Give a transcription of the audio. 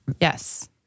Yes